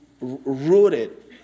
rooted